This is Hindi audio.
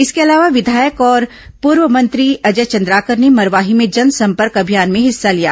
इसके अलावा विधायक और पूर्व मंत्री अजय चंद्राकर ने मरवाही में जनसंपर्क अभियान में हिस्सा लिया